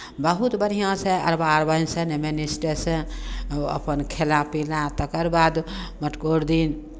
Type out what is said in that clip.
बहुत बढ़िआँसँ अरबा अरबाइनसँ नियम निष्ठासँ ओ अपन खयला पीला तकर बाद मटिकोर दिन